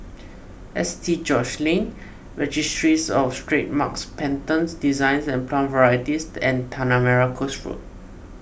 S T George's Lane Registries of Trademarks Patents Designs and Plant Varieties and Tanah Merah Coast Road